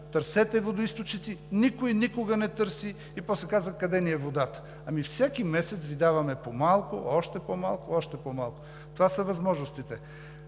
търсете водоизточници. Никой никога не търси и после казва: къде ни е водата? Ами всеки месец Ви даваме по малко, още по малко, още по малко. Това са възможностите.